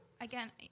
Again